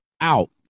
out